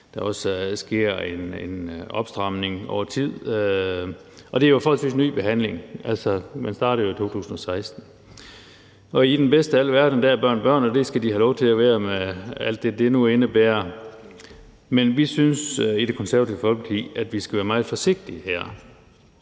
der sker en opstramning over tid, og det er jo en forholdsvis ny behandling. Altså, man startede jo i 2016. I den bedste af alle verdener er børn børn, og det skal de have lov til at være med alt det, det nu indebærer. Men vi synes i Det Konservative Folkeparti, at vi her skal være meget forsigtige,